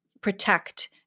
protect